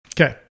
Okay